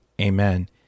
Amen